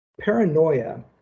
paranoia